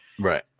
Right